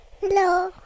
Hello